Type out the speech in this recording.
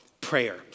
prayer